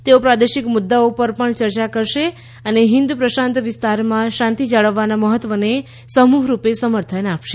તેઓ પ્રાદેશિકમુદ્દાઓ પર પણ ચર્ચા કરશે અને હિન્દ પ્રશાંત વિસ્તારમાં શાંતિ જાળવવાના મહત્વને સમૂહરૂપે સમર્થન આપશે